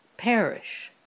Perish